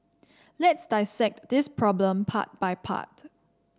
let's dissect this problem part by part